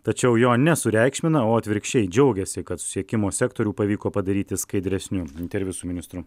tačiau jo nesureikšmina o atvirkščiai džiaugiasi kad susisiekimo sektorių pavyko padaryti skaidresniu interviu su ministru